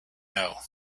know